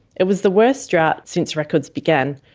it was the worst drought since records began.